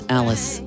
alice